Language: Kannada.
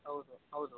ಹೌದು ಹೌದು